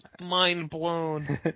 mind-blown